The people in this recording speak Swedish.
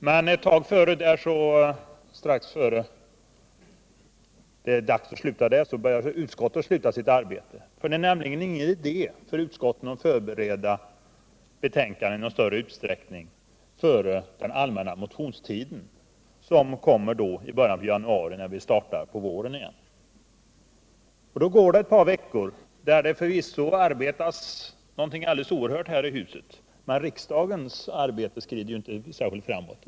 Men strax innan det är dags för juluppehåll slutar utskottens arbete. Det är nämligen ingen idé för utskotten att förbereda betänkanden i någon större utsträckning före den allmänna motionstiden, som infaller i början på januari när riksdagen startar igen. Då går ett par veckor under vilka det förvisso arbetas alldeles oerhört här i riksdagshuset. Men riksdagens arbete skrider inte särskilt mycket framåt.